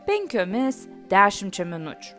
penkiomis dešimčia minučių